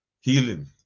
healing